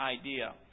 idea